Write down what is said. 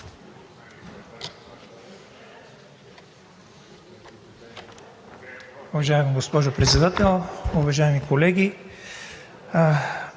Уважаема госпожо Председател, уважаеми колеги!